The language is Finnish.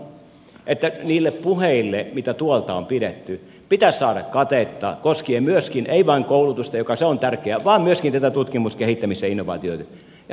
viestini on että niille puheille mitä tuolta on pidetty pitäisi saada katetta koskien ei vain koulutusta joka on tärkeä vaan myöskin tätä tutkimusta kehittämistä ja innovaatioita